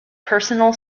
personal